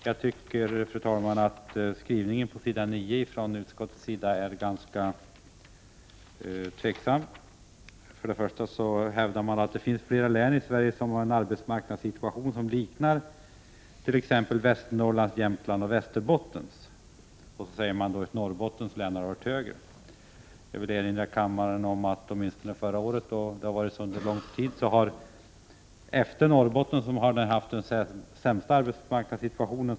Jag tycker att utskottets skrivning på s. 9 är ganska tvivelaktig. Man hävdar där att det finns flera län i Sverige som har en arbetsmarknadssituation som liknar t.ex den i Västernorrlands, Jämtlands och Västerbottens län. Där sägs också att arbetslösheten i Norrbottens län har varit ännu högre. Jag vill erinra kammaren om att Gävleborgs län ofta har kommit på andra plats efter Norrbottens län, som haft den sämsta arbetsmarknadssituationen.